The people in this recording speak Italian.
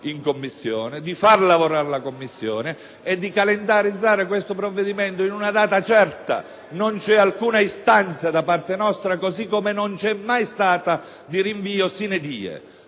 in Commissione, di far lavorare la Commissione e di calendarizzare il provvedimento in una data certa. Non c'è alcuna istanza da parte nostra, così come non c'è mai stata, di un rinvio *sine die*.